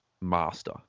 master